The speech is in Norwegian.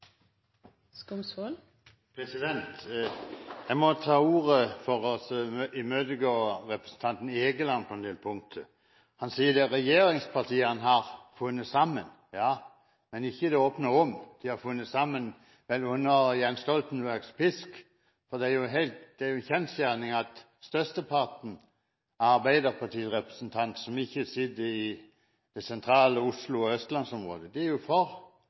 framtida. Jeg må ta ordet for å imøtegå representanten Egeland på en del punkter. Han sier at regjeringspartiene har funnet sammen. Ja, men ikke i det åpne rom. De har funnet sammen under Jens Stoltenbergs pisk, for det er jo en kjensgjerning at størsteparten av arbeiderpartirepresentantene som ikke sitter i det sentrale Oslo og østlandsområdet, de er jo